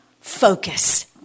focus